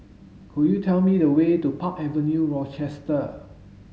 could you tell me the way to Park Avenue Rochester